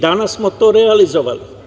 Danas smo to realizovali.